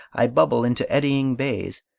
i bubble into eddying bays,